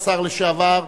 השר לשעבר,